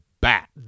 bat